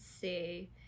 see